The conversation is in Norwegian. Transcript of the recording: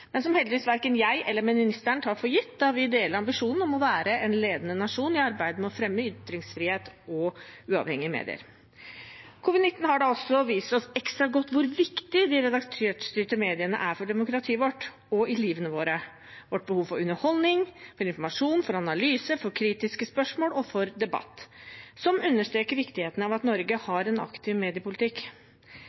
Heldigvis tar verken jeg eller ministeren det for gitt, da vi deler ambisjonen om å være en ledende nasjon i arbeidet med å fremme ytringsfrihet og uavhengige medier. Covid-19 har vist oss ekstra godt hvor viktige de redaktørstyrte mediene er for demokratiet og i livet vårt – for vårt behov for underholdning, for informasjon, for analyse, for kritiske spørsmål og for debatt – som understreker viktigheten av at Norge har en aktiv mediepolitikk.